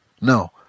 No